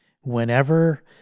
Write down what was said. Whenever